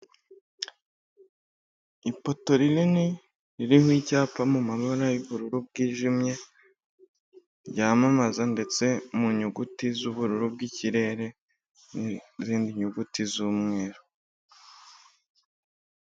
Ipoto rinini, ririmo icyapa mu mabara y'ubururu bwijimye, ryamamaza ndetse mu nyuguti z'ubururu bw'ikirere n'izindi nyuguti z'umweru.